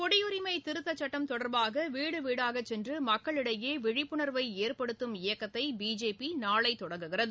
குடியுரிமை திருத்தச்சட்டம் தொடர்பாக வீடு வீடாக சென்று மக்களிடையே விழிப்புனர்வை ஏற்படுத்தும் இயக்கத்தை பிஜேபி நாளை தொடங்குகிறது